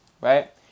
Right